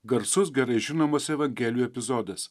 garsus gerai žinomas evangelijų epizodas